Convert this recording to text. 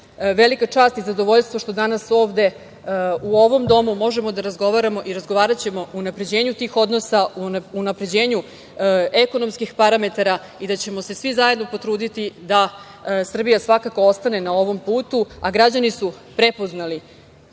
velika čast i zadovoljstvo što danas ovde u ovom domu možemo da razgovaramo i razgovaraćemo o unapređenju tih odnosa, unapređenju ekonomskih parametara i da ćemo se svi zajedno potruditi da Srbija svakako ostane na ovom putu, a građani su prepoznali